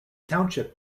township